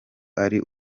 ari